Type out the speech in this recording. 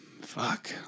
Fuck